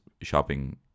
shopping